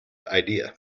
idea